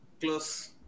Close